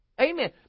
Amen